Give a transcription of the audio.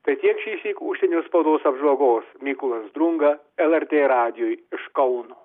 tai tiek šįsyk užsienio spaudos apžvalgos mykolas drunga lrt radijui iš kauno